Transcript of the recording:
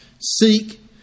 Seek